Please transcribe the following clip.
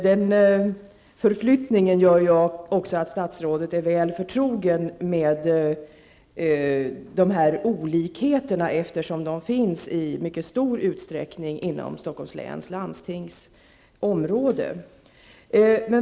Den förflyttningen gör ju också att statsrådet är väl förtrogen med dessa olikheter, eftersom de finns i mycket stor utsträckning inom Stockholms läns landstings område.